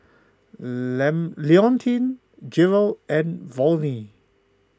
Leontine Jerrell and Volney